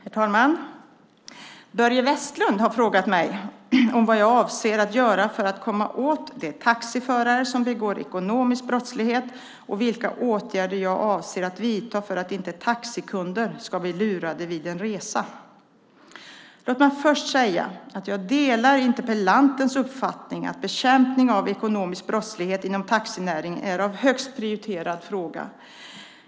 Herr talman! Börje Vestlund har frågat mig vad jag avser att göra för att komma åt de taxiförare som begår ekonomisk brottslighet och vilka åtgärder jag avser att vidta för att inte taxikunder ska bli lurade vid en resa. Låt mig först säga att jag delar interpellantens uppfattning att bekämpning av ekonomisk brottslighet inom taxinäringen är en högst prioriterad fråga.